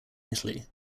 italy